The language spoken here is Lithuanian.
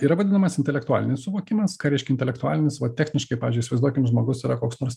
yra vadinamas intelektualinis suvokimas ką reiškia intelektualinis va techniškai pavyzdžiui įsivaizduokim žmogus yra koks nors